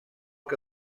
que